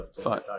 Fine